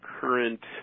current –